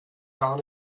gar